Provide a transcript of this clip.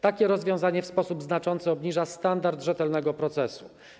Takie rozwiązanie w sposób znaczący obniża standard rzetelnego procesu.